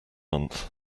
month